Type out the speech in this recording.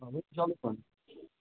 آ ؤنِو جلدی پہن